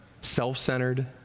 Self-centered